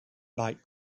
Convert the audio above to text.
bike